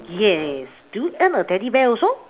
yes do you own a teddy bear also